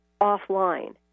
offline